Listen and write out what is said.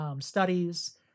studies